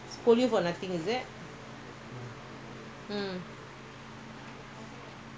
no no think what to sell this house people come and see make sure they buy you think this one first